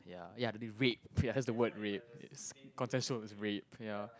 ya ya the red has the word red yes content sure is red ya